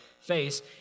face